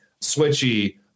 switchy